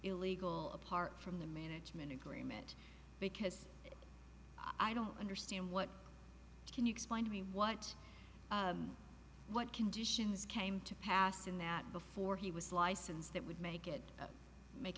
illegal apart from the management agreement because i don't understand what can you find me what what conditions came to pass in that before he was licensed that would make it make